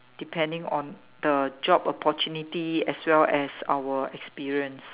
depending on the job opportunity as well as our experience